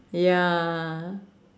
ya